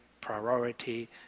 priority